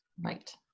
right